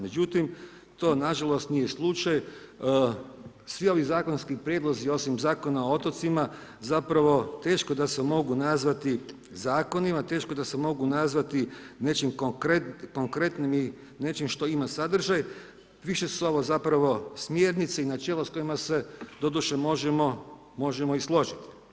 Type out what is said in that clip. Međutim to nažalost nije slučaj, svi ovi zakonski prijedlozi osim Zakona o otocima zapravo teško da se mogu nazvati zakonima, teško da se mogu nazvati nečim konkretnim i nečim što ima sadržaj, više su ovo zapravo smjernice i načelo s kojima se doduše možemo i složiti.